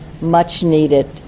much-needed